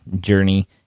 journey